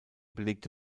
belegte